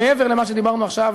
מעבר למה שדיברנו עכשיו,